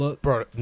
Bro